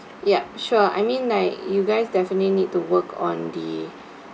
yup sure I mean like you guys definitely need to work on the